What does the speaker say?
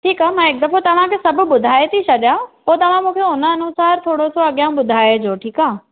ठीकु आहे मां हिकु दफ़ो मां तव्हांखे सभु ॿुधाए थी छॾियां पोइ तव्हां मूंखे हुन अनुसार थोरो सो अॻियां ॿुधाइजो ठीकु आहे